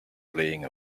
playing